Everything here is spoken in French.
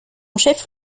chef